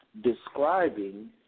describing